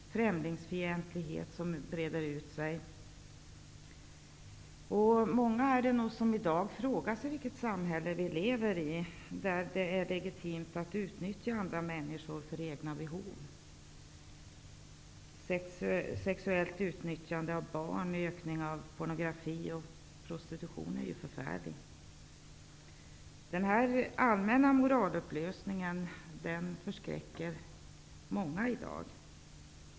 Främlighetsfientligheten breder ut sig. Det är nog många som i dag frågar sig vilket samhälle de lever i. Det är legitimt att utnyttja andra människor för egna behov. Sexuellt utnyttjande av barn, och ökningen av pornografi och prostitution, är förfärliga företeelser. Den allmänna moralupplösningen förskräcker i dag många.